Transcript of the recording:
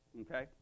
okay